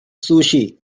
sushi